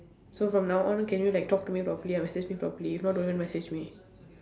so from now on can you like talk to me properly and message me properly if not don't even message me